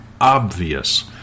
obvious